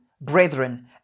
brethren